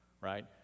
right